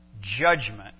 judgment